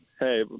Hey